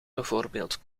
bijvoorbeeld